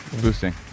Boosting